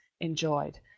enjoyed